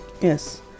Yes